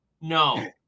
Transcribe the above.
no